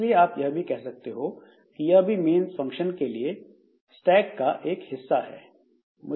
इसलिए आप यह भी कह सकते हो यह भी मेन फंक्शन के लिए स्टैक का एक हिस्सा है